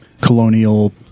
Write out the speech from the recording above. Colonial